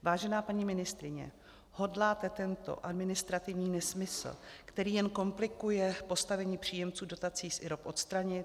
Vážená paní ministryně, hodláte tento administrativní nesmysl, který jen komplikuje postavení příjemců dotací z IROP, odstranit?